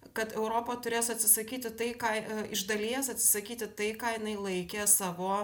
kad europa turės atsisakyti tai ką iš dalies atsisakyti tai ką jinai laikė savo